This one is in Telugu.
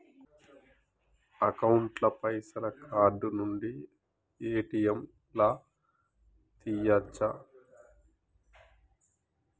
అకౌంట్ ల పైసల్ కార్డ్ నుండి ఏ.టి.ఎమ్ లా తియ్యచ్చా?